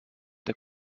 der